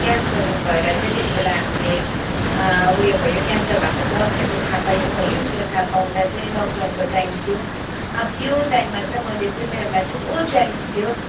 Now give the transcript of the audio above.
क्यानर भएर चाहिँ त्यति बेला हामीले उयो भयो क्यान्सर भएको छ भनेर थाह पायौँ है त्यो थाह पाउँदा चाहिँ लकडाउनको टाइम थियो अब त्यो टाइममा चाहिँ मैले चाहिँ मेरोमा ठुलो च्यालेन्ज थियो